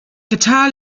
guitar